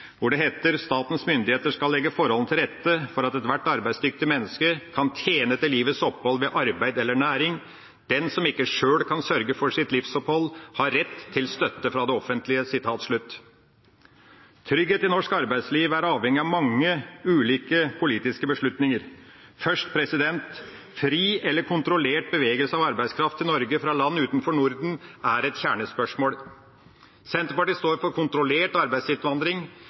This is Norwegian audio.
hvor det heter: «Statens myndigheter skal legge forholdene til rette for at ethvert arbeidsdyktig menneske kan tjene til livets opphold ved arbeid eller næring. Den som ikke selv kan sørge for sitt livsopphold, har rett til støtte fra det offentlige.» Trygghet i norsk arbeidsliv er avhengig av mange ulike politiske beslutninger. Først: Fri eller kontrollert bevegelse av arbeidskraft til Norge fra land utenfor Norden er et kjernespørsmål. Senterpartiet står for kontrollert arbeidsinnvandring,